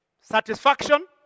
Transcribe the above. Satisfaction